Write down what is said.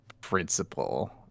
principle